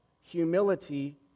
humility